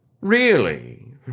Really